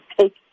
take